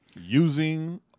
using